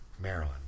Maryland